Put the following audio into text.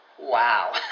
wow